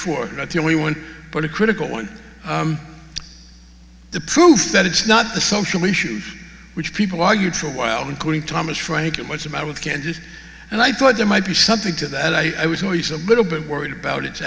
four at the only one but a critical one the proof that it's not the social issue which people argued for a while including thomas frank what's the matter with kansas and i thought there might be something to that i was always a little bit worried about it